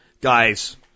Guys